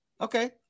Okay